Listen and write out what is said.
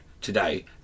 today